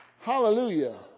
Hallelujah